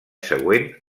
següent